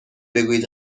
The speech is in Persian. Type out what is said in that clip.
بگویید